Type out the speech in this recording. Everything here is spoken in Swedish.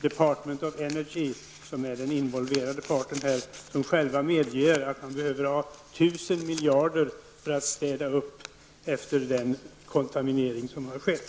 Department of Energy, som är den involverade parten, medger själva att man behöver 1 000 miljarder för att städa upp efter den kontaminering som har skett.